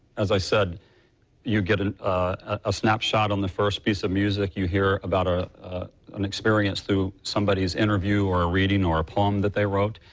as i said you get a ah snap shot on the first piece of music, you hear about ah an experience through somebody's interview or reading or poem that they wrote.